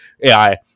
AI